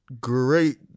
great